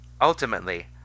Ultimately